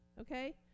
okay